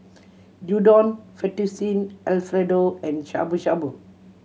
Udon Fettuccine Alfredo and Shabu Shabu